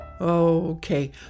Okay